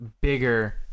bigger